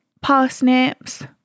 parsnips